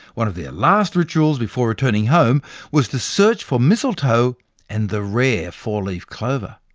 one of their last rituals before returning home was to search for mistletoe and the rare four-leaf clover.